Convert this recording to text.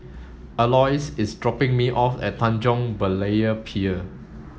Aloys is dropping me off at Tanjong Berlayer Pier